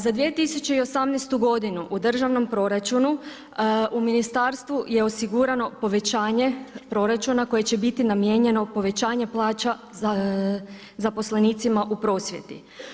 Za 2018. godinu u državnom proračunu u Ministarstvu je osigurano povećanje proračuna koje će biti namijenjeno povećanje plaća zaposlenicima u prosvjeti.